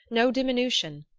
no diminution.